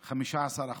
15%,